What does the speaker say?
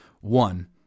One